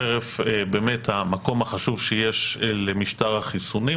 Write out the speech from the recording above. חרף המקום החשוב שיש למשטר החיסונים,